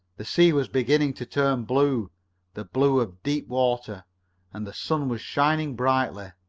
the sea was beginning to turn blue the blue of deep water and the sun was shining brightly.